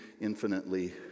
infinitely